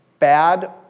Bad